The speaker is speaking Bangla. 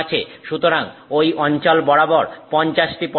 সুতরাং ওই অঞ্চল বরাবর 50 টি পরমাণু